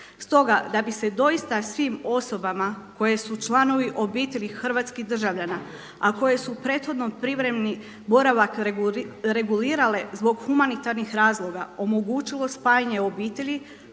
Stoga da bi se doista svim osobama koje su članovi obitelji hrvatskih državljana a koje su prethodno privremeni boravak regulirale zbog humanitarnih razloga omogućilo spajanje obitelji